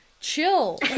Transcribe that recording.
Chill